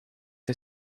hij